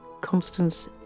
Constance